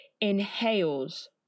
inhales